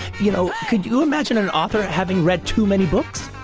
you know. could you imagine an author having read too many books?